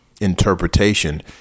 interpretation